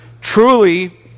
Truly